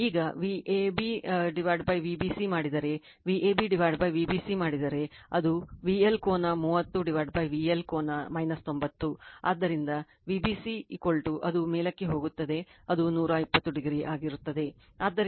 ಈಗ ವಿಭಜನೆ Vab Vbc ಮಾಡಿದರೆ Vab Vbc ಮಾಡಿದರೆ ಅದು VL ಕೋನ 30 VL ಕೋನ 90 ಆದ್ದರಿಂದ Vbc ಅದು ಮೇಲಕ್ಕೆ ಹೋಗುತ್ತದೆ ಅದು 120o ಆಗಿರುತ್ತದೆ ಆದ್ದರಿಂದ Vbc Vab 120o